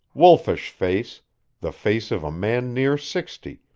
wolfish face the face of a man near sixty,